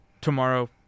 tomorrow